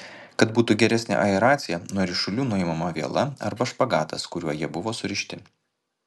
kad būtų geresnė aeracija nuo ryšulių nuimama viela arba špagatas kuriuo jie buvo surišti